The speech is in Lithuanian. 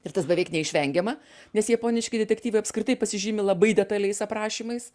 ir tas beveik neišvengiama nes japoniški detektyvai apskritai pasižymi labai detaliais aprašymais